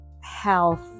health